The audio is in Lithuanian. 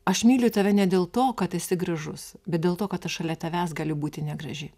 aš myliu tave ne dėl to kad esi gražus bet dėl to kad aš šalia tavęs galiu būti negraži